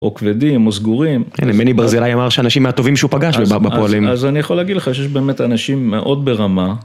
או כבדים, או סגורים. הנה, מני ברזילאי אמר שאנשים מהטובים שהוא פגש בפועלים. אז אני יכול להגיד לך שיש באמת אנשים מאוד ברמה.